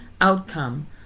outcome